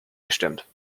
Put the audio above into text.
gestimmt